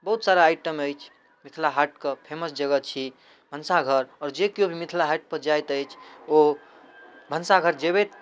बहुत सारा आइटम अछि मिथिला हाटके फेमस जगह छी भनसाघर आओर जे केओ भी मिथिला हाटपर जाइत अछि ओ भनसाघर जेबे